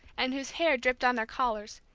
and whose hair dripped on their collars,